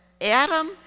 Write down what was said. Adam